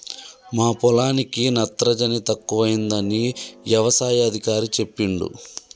మా పొలానికి నత్రజని తక్కువైందని యవసాయ అధికారి చెప్పిండు